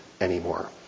anymore